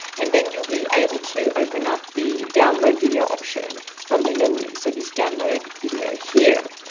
and then you'll be able to open up the download video option from the menu. so this download video here.